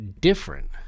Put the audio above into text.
different